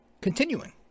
Continuing